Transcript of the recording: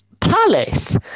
Palace